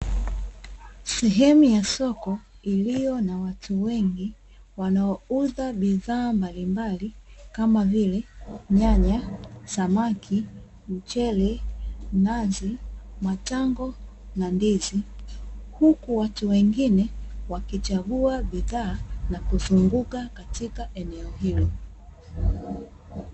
Sehemu ya soko iliyo na watu wengi wanaouza bidhaa mbalimbali kama vile; nyanya, samaki, mchele, nazi, matango na ndizi. Huku watu wengine wakichagua bidhaa na kuzunguka katika eneo hilo.